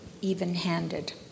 even-handed